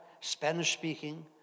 Spanish-speaking